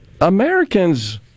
Americans –